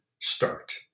start